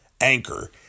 Anchor